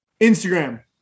Instagram